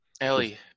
Ellie